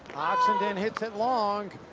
oxenden hits it long.